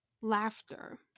laughter